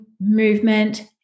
movement